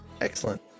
Excellent